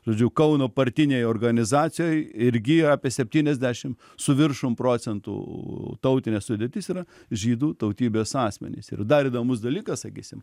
žodžiu kauno partinėj organizacijoj irgi apie septyniasdešim su viršum procentų tautinė sudėtis yra žydų tautybės asmenys ir dar įdomus dalykas sakysim